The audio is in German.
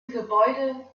gebäude